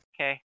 Okay